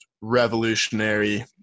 revolutionary